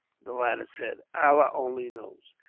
the latter said. allah only knows.